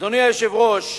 אדוני היושב-ראש,